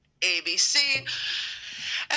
ABC